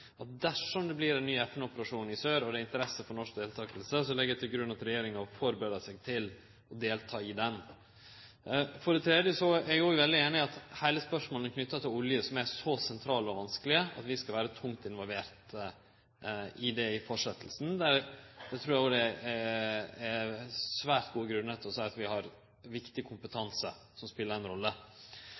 at regjeringa førebur seg på å delta i han. For det tredje er eg veldig einig når det gjeld spørsmåla knytte til olje, som er så sentrale og vanskelege, at vi skal vere tungt involverte i tida som kjem. Eg trur det er svært gode grunnar til å seie at vi har viktig kompetanse, som speler ei rolle.